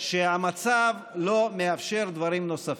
שהמצב לא מאפשר דברים נוספים,